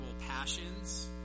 passions